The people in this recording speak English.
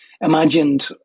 imagined